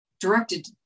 directed